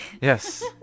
Yes